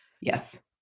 yes